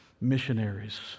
missionaries